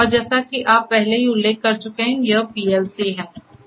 और जैसा कि आप पहले ही उल्लेख कर चुके हैं यह पीएलसी है